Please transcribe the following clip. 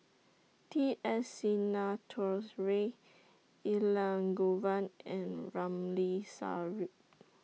T S Sinnathuray Elangovan and Ramli Sarip